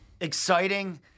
Exciting